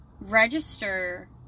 register